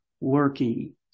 working